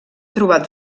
trobat